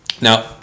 Now